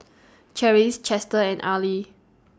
Cherise Chester and Arley